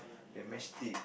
the match stick